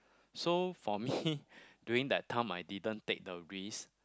so for me during that time I didn't take the risk